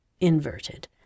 inverted